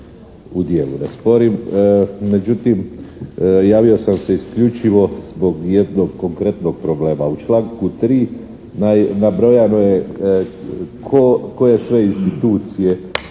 u djelu ne sporim. Međutim, javio sam se isključivo zbog jednog konkretnog problema. U članku 3. nabrojano je koje sve institucije